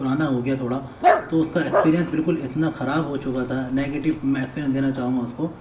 پرانا ہو گیا تھوڑا تو اس کا اکسپریئنس بالکل اتنا خراب ہو چکا تھا نیگیٹو میں فیڈ دینا چاہوں گا اس کو